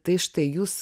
tai štai jūs